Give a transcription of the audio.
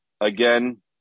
Again